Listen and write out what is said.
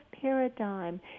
paradigm